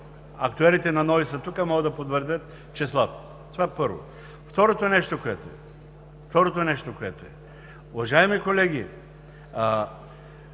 Актюерите на НОИ са тук, могат да потвърдят числата. Това, първо. Второто нещо, уважаеми колеги,